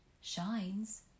shines